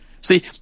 See